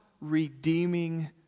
redeeming